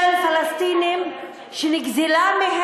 על קרקע פרטית של פלסטינים, שנגזלה מהם,